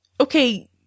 okay